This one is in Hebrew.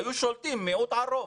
היו שולטים מאות על רוב.